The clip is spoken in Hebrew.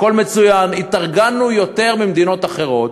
הכול מצוין: התארגנו יותר ממדינות אחרות.